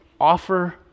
Offer